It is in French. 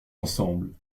ensemble